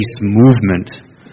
movement